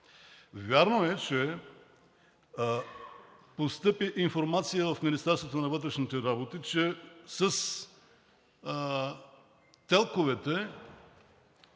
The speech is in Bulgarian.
Вярно е, че постъпи информация в Министерството на вътрешните работи, че с телковете